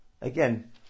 Again